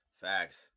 Facts